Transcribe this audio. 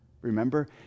Remember